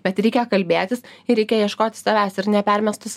bet reikia kalbėtis ir reikia ieškoti tavęs ir nepermest tos